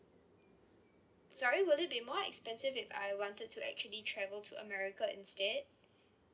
sorry will it be more expensive it I wanted to actually travel to america instead